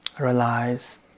realize